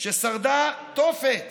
ששרדה תופת